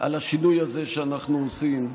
על השינוי הזה שאנחנו עושים,